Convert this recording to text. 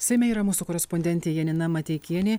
seime yra mūsų korespondentė janina mateikienė